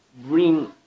bring